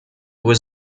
was